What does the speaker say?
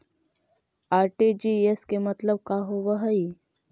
RTGS के मतलब का होव हई?